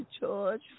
George